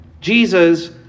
Jesus